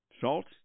Salt